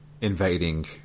invading